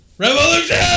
Revolution